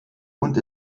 und